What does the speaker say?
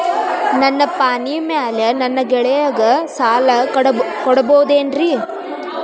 ನನ್ನ ಪಾಣಿಮ್ಯಾಲೆ ನನ್ನ ಗೆಳೆಯಗ ಸಾಲ ಕೊಡಬಹುದೇನ್ರೇ?